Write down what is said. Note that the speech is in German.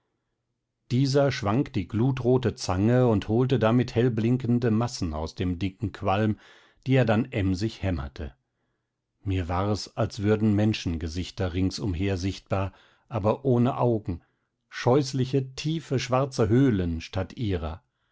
dieser schwang die glutrote zange und holte damit hellblinkende massen aus dem dicken qualm die er dann emsig hämmerte mir war es als würden menschengesichter ringsumher sichtbar aber ohne augen scheußliche tiefe schwarze höhlen statt ihrer